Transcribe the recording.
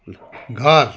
घर